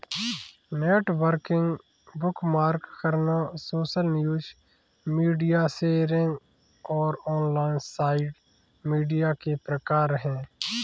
networking, bookmark करना, social news, media sharing और online site media के प्रकार हैं